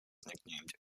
nicknamed